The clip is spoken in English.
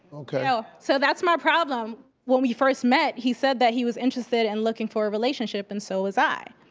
okay. so that's my problem. when we first met, he said that he was interested in and looking for a relationship, and so was i.